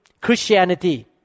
Christianity